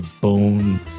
bone